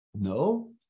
No